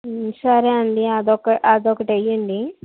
సరే అండి అది ఒక అది ఒకటి వెయ్యండి